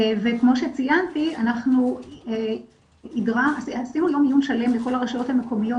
וכמו שציינתי אנחנו עשינו יום עיון שלם לכל הרשויות המקומיות